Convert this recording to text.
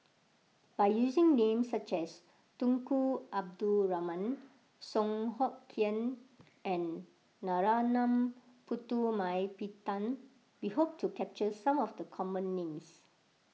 by using names such as Tunku Abdul Rahman Song Hoot Kiam and Narana Putumaippittan we hope to capture some of the common names